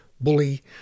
bully